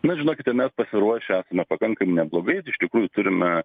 na žinokite mes pasiruošę na pakankai neblogai iš tikrųjų turime